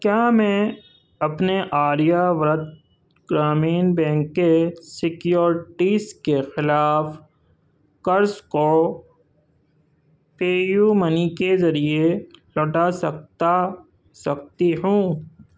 کیا میں اپنے آریہ ورت گرامین بینک کے سیکیورٹیز کے خلاف قرض کو پے یو منی کے ذریعے لوٹا سکتا سکتی ہوں